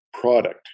product